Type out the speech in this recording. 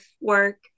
work